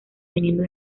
teniendo